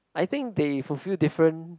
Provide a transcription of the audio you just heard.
I think they fulfill different